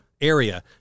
area